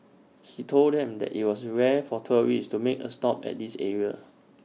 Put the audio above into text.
he told them that IT was rare for tourists to make A stop at this area